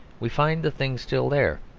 we find the thing still there.